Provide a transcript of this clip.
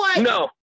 no